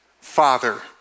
father